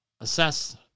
Assess